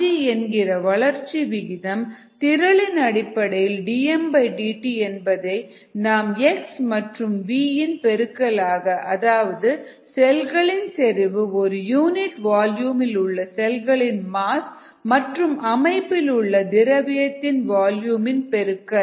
rg என்கிற வளர்ச்சி விகிதம் திறள் இன் அடிப்படையில் dmdtஎன்பதை நாம் எக்ஸ் மற்றும் வியின் பெருக்கல் ஆக அதாவது செல்களின் செறிவு ஒரு யூனிட் வால்யூமில் உள்ள செல்களின் மாஸ் மற்றும் அமைப்பிலுள்ள திரவியத்தின் வால்யூமின் பெருக்கல்